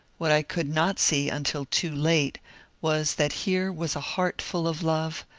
what i could not see until too late was that here was a heart full of love,